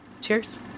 Cheers